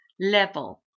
level